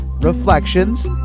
Reflections